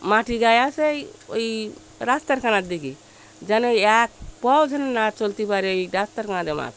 মাটি গায়ে আসে ওই ওই রাস্তার কোনা দিকে যেন এক পাও যেন না চলতে পারে ওই রাস্তার কোনা মাছ